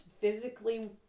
physically